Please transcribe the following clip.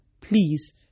please